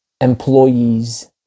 Employees